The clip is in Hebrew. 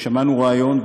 שמענו רעיון,